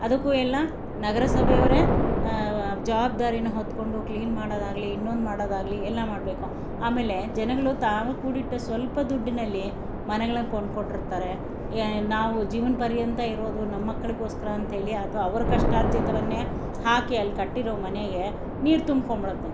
ಅದಕ್ಕೂ ಎಲ್ಲ ನಗರಸಭೆ ಅವರೇ ಜವಾಬ್ದಾರಿನ ಹೊತ್ಕೊಂಡು ಕ್ಲೀನ್ ಮಾಡೋದಾಗಲಿ ಇನ್ನೊಂದು ಮಾಡೋದಾಗಲಿ ಎಲ್ಲ ಮಾಡಬೇಕು ಆಮೇಲೆ ಜನಗಳು ತಾವು ಕೂಡಿಟ್ಟ ಸ್ವಲ್ಪ ದುಡ್ಡಿನಲ್ಲಿ ಮನೆಗಳನ್ನು ಕೊಂಡ್ಕೊಂಡಿರ್ತಾರೆ ಏ ನಾವು ಜೀವ್ನ ಪರ್ಯಂತ ಇರೋದು ನಮ್ಮ ಮಕ್ಕಳಿಗೋಸ್ಕರ ಅಂತೇಳಿ ಅಥವಾ ಅವರ ಕಷ್ಟಾರ್ಜಿತವನ್ನೇ ಹಾಕಿ ಅಲ್ಲಿ ಕಟ್ಟಿರೋ ಮನೆಗೆ ನೀರು ತುಂಬ್ಕೊಂಡ್ಬಿಡತ್ತೆ